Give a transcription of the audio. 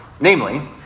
Namely